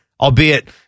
albeit